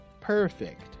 Perfect